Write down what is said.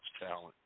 talent